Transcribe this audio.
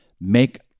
make